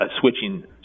switching